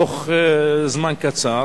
תוך זמן קצר,